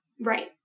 Right